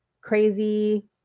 crazy